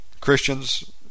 Christians